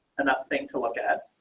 enough thing to look at.